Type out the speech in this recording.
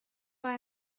war